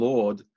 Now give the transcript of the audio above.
Lord